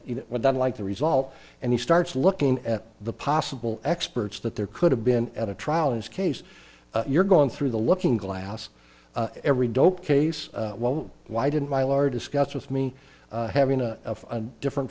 it would then like the result and he starts looking at the possible experts that there could have been at a trial in this case you're going through the looking glass every dope case well why didn't my large discuss with me having a different